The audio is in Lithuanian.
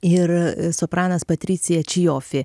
ir sopranas patricia ciofi